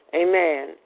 amen